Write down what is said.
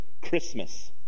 christmas